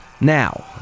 Now